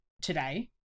today